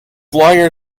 lawyer